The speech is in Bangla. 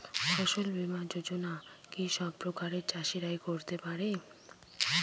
ফসল বীমা যোজনা কি সব প্রকারের চাষীরাই করতে পরে?